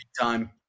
Time